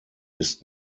ist